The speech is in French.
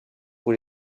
pour